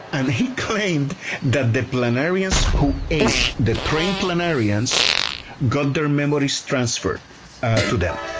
and he claimed that the planarians who ate the trained planarians got their memories transferred to them.